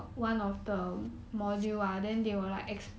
orh